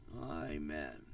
amen